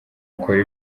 ukore